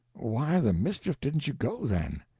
why the mischief didn't you go, then?